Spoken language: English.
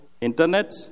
Internet